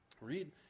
Read